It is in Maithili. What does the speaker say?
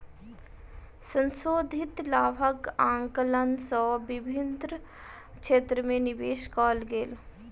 संशोधित लाभक आंकलन सँ विभिन्न क्षेत्र में निवेश कयल गेल